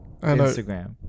Instagram